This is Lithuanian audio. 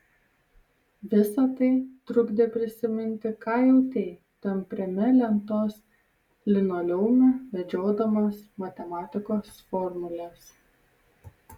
visa tai trukdė prisiminti ką jautei tampriame lentos linoleume vedžiodamas matematikos formules